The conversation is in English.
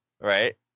Right